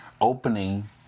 opening